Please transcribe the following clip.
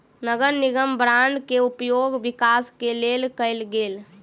नगर निगम बांड के उपयोग विकास के लेल कएल गेल